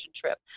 trip